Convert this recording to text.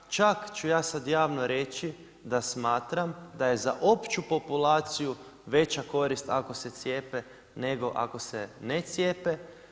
Čak ću ja sada javno reći da smatram da je za opću populaciju veća korist ako se cijepe nego ako se ne cijepe.